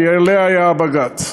כי עליה היה הבג"ץ.